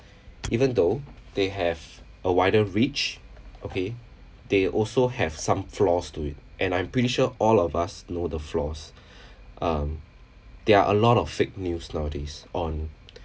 even though they have a wider reach okay they also have some flaws to it and I'm pretty sure all of us know the flaws um there are a lot of fake news nowadays on